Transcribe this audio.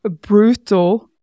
brutal